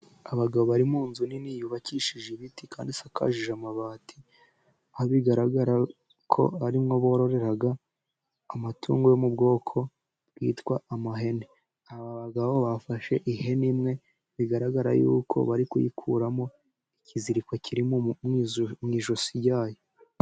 Abagabo bari mu nzu nini yubakishije ibiti kandi isakaje amabati, aho bigaragara ko arimo bororera amatungo yo mu bwoko bwitwa ihene. Aba bagabo bafashe ihene imwe, bigaragara yuko bari kuyikuramo ikiziriko kiri mu ijosi ryayo.